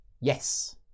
Yes